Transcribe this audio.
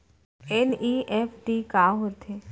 NEFT का होथे?